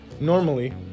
Normally